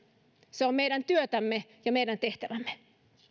se on meidän työtämme ja meidän tehtävämme